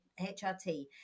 HRT